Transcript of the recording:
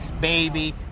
Baby